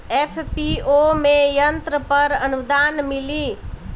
FPO में यंत्र पर आनुदान मिँली?